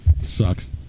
Sucks